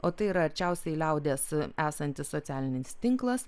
o tai yra arčiausiai liaudies esantis socialinis tinklas